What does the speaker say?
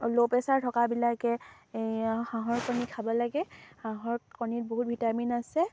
ল' প্ৰেছাৰ থকাবিলাকে এই হাঁহৰ কণী খাব লাগে হাঁহৰ কণীত বহুত ভিটামিন আছে